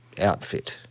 outfit